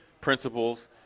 principles